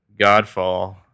Godfall